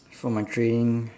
for my training